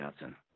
Johnson